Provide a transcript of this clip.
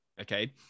Okay